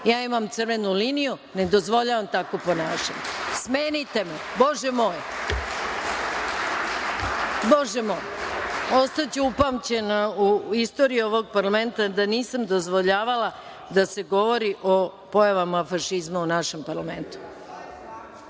Ja imam crvenu liniju, ne dozvoljavam takvo ponašanje, smenite me, Bože moj. Bože moj, ostaću upamćena u istoriji ovog parlamenta da nisam dozvoljavala da se govori o pojavama fašizma u našem parlamentu.(Marinika